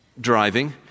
driving